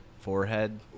forehead